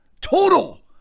total